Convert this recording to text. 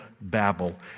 babble